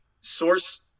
source